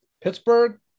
Pittsburgh